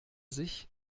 sich